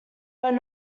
but